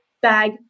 bag